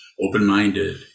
open-minded